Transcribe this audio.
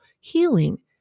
healing